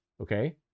Okay